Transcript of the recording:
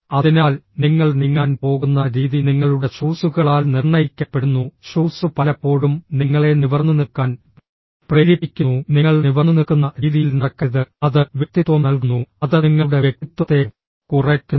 അതിനാൽ നിങ്ങൾ നീങ്ങാൻ പോകുന്ന രീതി നിങ്ങളുടെ ഷൂസുകളാൽ നിർണ്ണയിക്കപ്പെടുന്നു ഷൂസ് പലപ്പോഴും നിങ്ങളെ നിവർന്നുനിൽക്കാൻ പ്രേരിപ്പിക്കുന്നു നിങ്ങൾ നിവർന്നുനിൽക്കുന്ന രീതിയിൽ നടക്കരുത് അത് വ്യക്തിത്വം നൽകുന്നു അത് നിങ്ങളുടെ വ്യക്തിത്വത്തെ കുറയ്ക്കുന്നു